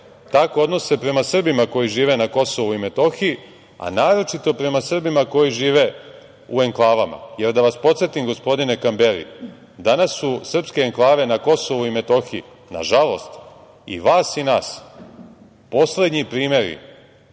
tako odnose prema Srbima koji žive na KiM, a naročito prema Srbima koji žive u enklavama. Da vas podsetim, gospodine Kamberi, danas su srpske enklave na KiM, nažalost i vas i nas, poslednji primeri